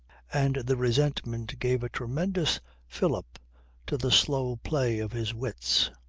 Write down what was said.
and the resentment gave a tremendous fillip to the slow play of his wits.